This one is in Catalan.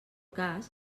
cas